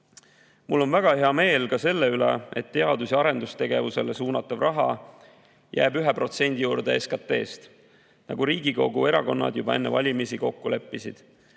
on väga hea meel ka selle üle, et teadus- ja arendustegevusele suunatav raha jääb 1% juurde SKT-st, nagu Riigikogu erakonnad enne valimisi kokku leppisid.